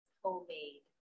homemade